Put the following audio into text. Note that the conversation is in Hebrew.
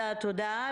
איך זה בחירום?